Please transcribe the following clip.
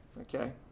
okay